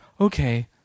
okay